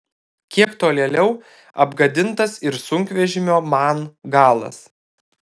kiek tolėliau apgadintas ir sunkvežimio man galas